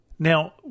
Now